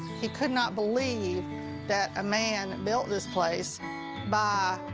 he could not believe that a man built this place by,